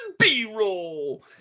B-roll